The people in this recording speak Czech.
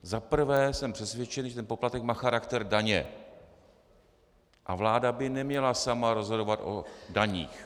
Za prvé jsem přesvědčen, že ten poplatek má charakter daně a vláda by neměla sama rozhodovat o daních.